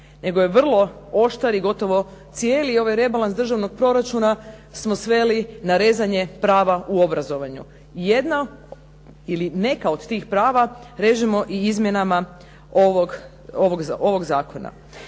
nego je vrlo oštar i gotovo cijeli ovaj rebalans državnog proračuna smo sveli na rezanje prava u obrazovanju. Jedno ili neka od tih prava režemo i izmjenama ovog zakona.